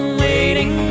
waiting